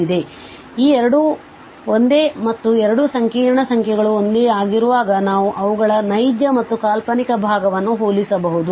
ಆದ್ದರಿಂದ ಈ ಎರಡು ಒಂದೇ ಮತ್ತು ಎರಡು ಸಂಕೀರ್ಣ ಸಂಖ್ಯೆಗಳು ಒಂದೇ ಆಗಿರುವಾಗ ನಾವು ಅವುಗಳ ನೈಜ ಮತ್ತು ಕಾಲ್ಪನಿಕ ಭಾಗವನ್ನು ಹೋಲಿಸಬಹುದು